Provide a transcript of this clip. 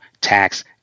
tax